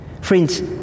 Friends